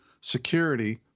security